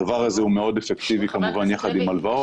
הדבר הזה אפקטיבי מאוד, כמובן יחד עם הלוואות.